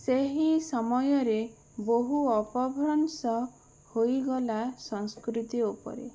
ସେହି ସମୟରେ ବହୁ ଅପଭ୍ରଂଶ ହୋଇଗଲା ସଂସ୍କୃତି ଉପରେ